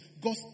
God